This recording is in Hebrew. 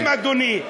תשלם, אדוני.